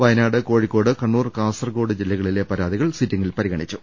വയനാട് കോഴിക്കോട് കണ്ണൂർ കാസർകോട് ജില്ലകളിലെ പരാതികൾ സിറ്റിം ഗിൽ പരിഗണിച്ചു